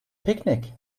picnic